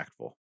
impactful